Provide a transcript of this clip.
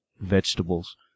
vegetables